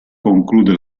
conclude